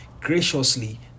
graciously